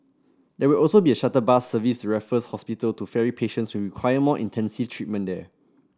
there will also be a shuttle bus service to Raffles Hospital to ferry patients who require more intensive treatment there